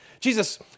Jesus